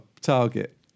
target